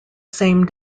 same